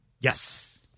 Yes